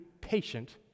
patient